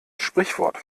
sprichwort